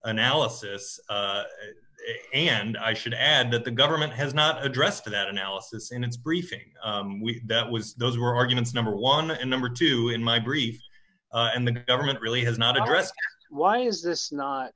analysis and i should add that the government has not addressed that analysis in its briefing that was those were arguments number one and number two in my briefs and the government really has not addressed why is this not